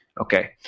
Okay